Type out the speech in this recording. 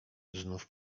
znów